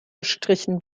gestrichen